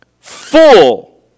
full